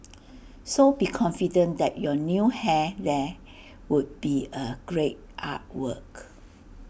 so be confident that your new hair there would be A great artwork